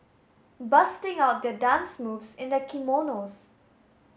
busting out their dance moves in their kimonos